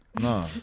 No